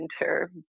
winter